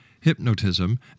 hypnotism